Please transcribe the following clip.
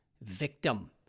victim